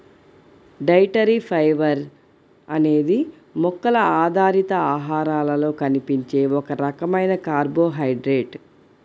dietary fibre అనేది మొక్కల ఆధారిత ఆహారాలలో కనిపించే ఒక రకమైన కార్బోహైడ్రేట్